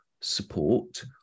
support